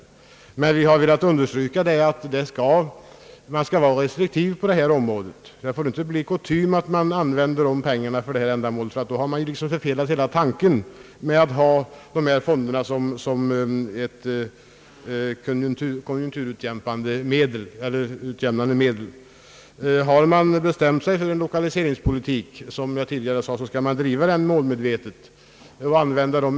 Vi har emellertid velat understryka betydelsen av restriktivitet på detta område. Det får inte bli kutym att använda investeringsfondernas pengar för lokaliseringsändamål, ty då har man förfelat hela tanken med att ha dessa fonder som ett konjunkturutjämnande medel. Har man bestämt sig för att driva en lokaliseringspolitik, som jag tidigare sade, skall den drivas målmedvetet.